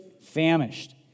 famished